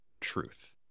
truth